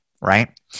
right